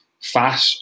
fat